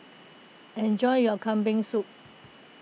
enjoy your Kambing Soup